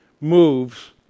moves